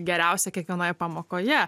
geriausia kiekvienoje pamokoje